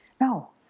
No